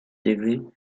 degree